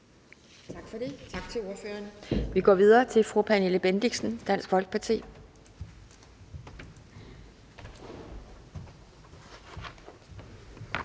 Kjærsgaard): Tak til ordføreren. Vi går videre til fru Pernille Bendixen, Dansk Folkeparti.